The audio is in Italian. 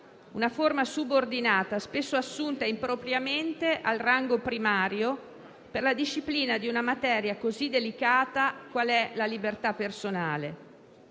una forma subordinata, spesso assurta impropriamente al rango primario, per la disciplina di una materia così delicata quale è la libertà personale;